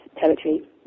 territory